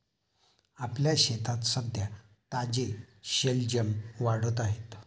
आपल्या शेतात सध्या ताजे शलजम वाढत आहेत